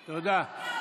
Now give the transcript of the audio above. תודה.